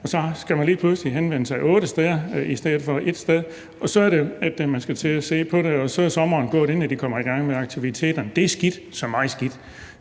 Så skal man lige pludselig henvende sig otte steder i stedet for ét sted, og så er der nogle, der skal se på det, og så er sommeren gået, inden man kommer i gang med aktiviteterne. Det er skidt – meget skidt.